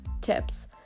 tips